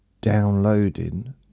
downloading